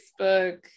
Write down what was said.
facebook